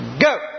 Go